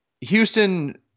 Houston